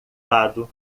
lado